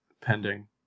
pending